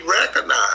recognize